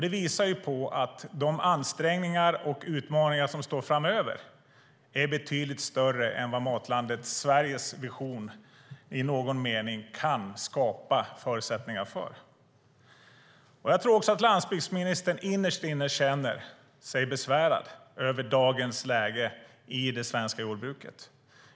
Det visar på att de ansträngningar och utmaningar som finns framöver är betydligt större än vad visionen Matlandet Sverige i någon mening kan skapa förutsättningar för. Jag tror också att landsbygdsministern innerst inne känner sig besvärad av dagens läge i det svenska jordbruket.